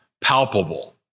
palpable